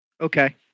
Okay